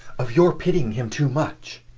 of your pitying him too much.